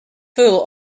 full